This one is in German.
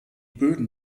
böden